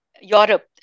Europe